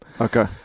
Okay